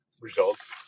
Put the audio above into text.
results